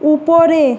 উপরে